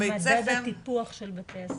מדד הטיפוח של בתי הספר.